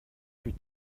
plus